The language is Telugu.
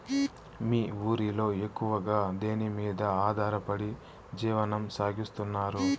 మీ ఊరిలో ఎక్కువగా దేనిమీద ఆధారపడి జీవనం సాగిస్తున్నారు?